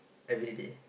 everyday